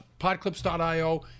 podclips.io